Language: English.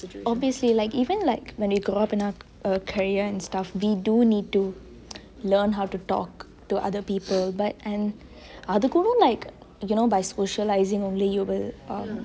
obviously even like when we grow up in our career and stuff we do need to learn how to talk to other people but and அதுகூடோ:athukudoo like you know by socialising only you will